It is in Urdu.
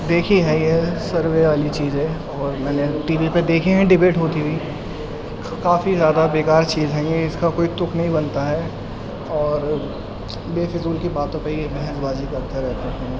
دیکھی ہے یہ سروے والی چیزیں اور میں نے ٹی وی پہ دیکھے ہیں ڈیبیٹ ہوتی ہوئی کافی زیادہ بے کار چیز ہیں یہ اس کا کوئی تک نہیں بنتا ہے اور بے فضول کی باتوں پہ یہ بحث بازی کرتے رہتے ہیں